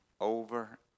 over